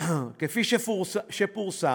כפי שפורסם,